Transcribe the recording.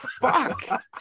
fuck